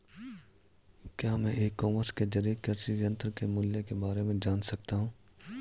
क्या मैं e commerce के ज़रिए कृषि यंत्र के मूल्य में बारे में जान सकता हूँ?